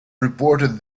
reported